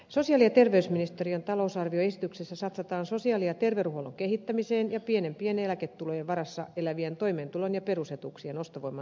sosisaali ja terveysministeriön talousarvioesityksessä satsataan sosiaali ja terveydenhuollon kehittämiseen ja pienempien eläketulojen varassa elävien toimeentulon ja perusetuuksien ostovoiman turvaamiseen